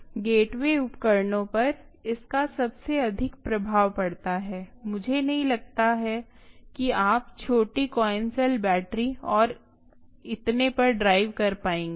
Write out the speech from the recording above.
इसलिए गेटवे उपकरणों पर इसका सबसे अधिक प्रभाव पड़ता है मुझे नहीं लगता कि आप छोटी कॉइन सेल बैटरी और इतने पर ड्राइव कर पाएंगे